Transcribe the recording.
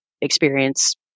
experience